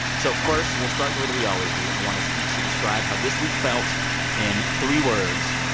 so first, we'll start the way that we always do. i want us each to describe how this week felt in three words.